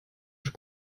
beim